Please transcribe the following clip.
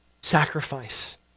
sacrifice